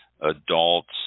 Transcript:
Adults